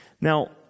Now